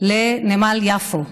לנמל יפו,